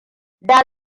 da